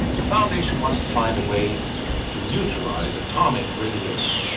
the foundation wants to find a way to neutralize atomic radiation,